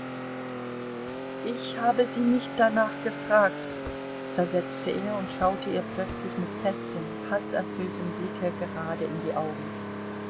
ich habe sie nicht danach gefragt versetzte er und schaute ihr plötzlich mit festem haßerfülltem blicke gerade in die augen